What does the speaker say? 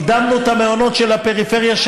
הקדמנו את המעונות של הפריפריה,